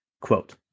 Quote